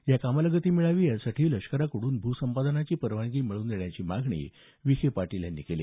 या कामाला गती मिळावी यासाठी लष्कराकडून भू संपादनाची परवानगी मिळवून देण्याची मागणी विखे पाटील यांनी केली